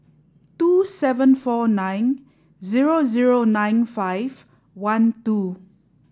two seven four nine zero zero nine five one two